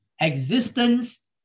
Existence